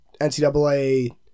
NCAA